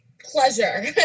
pleasure